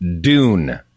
Dune